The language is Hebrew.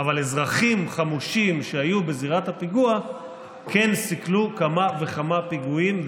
אבל אזרחים חמושים שהיו בזירת הפיגוע כן סיכלו כמה וכמה פיגועים,